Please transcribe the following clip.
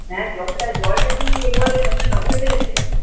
হ্যাঁ জলটা জলটা কি একবারে মানে নোংরা বেরোচ্ছে না কি